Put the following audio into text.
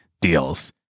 deals